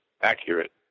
accurate